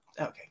okay